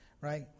right